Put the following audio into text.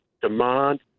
demand